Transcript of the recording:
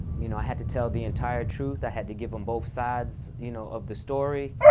you know, i had to tell the entire truth. i had to give them both sides you know of the story.